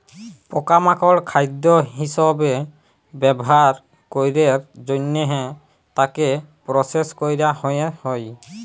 পকা মাকড় খাদ্য হিসবে ব্যবহার ক্যরের জনহে তাকে প্রসেস ক্যরা হ্যয়ে হয়